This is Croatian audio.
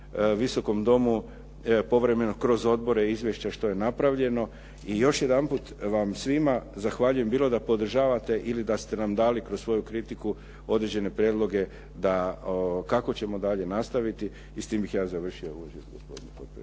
Visokom domu povremeno kroz odbore izvješća što je napravljeno. I još jedan put vam svima zahvaljujem bilo da podržavate ili da ste nam dali kroz svoju kritiku određene prijedloge kako ćemo dalje nastaviti. I s time bih ja završio